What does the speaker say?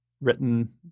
written